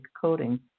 coding